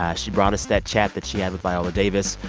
yeah she brought us that chat that she had with viola davis.